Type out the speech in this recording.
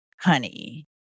honey